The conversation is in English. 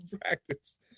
practice